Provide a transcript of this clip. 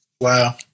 Wow